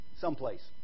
someplace